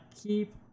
keep